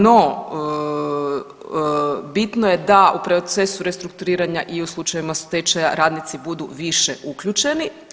No, bitno je da u procesu restrukturiranja i u slučajevima stečaja radnici budu više uključeni.